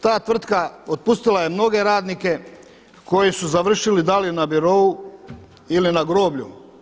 Ta tvrtka otpustila je mnoge radnike koji su završili da li na birou ili na groblju.